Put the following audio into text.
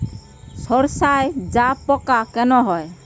সর্ষায় জাবপোকা কেন হয়?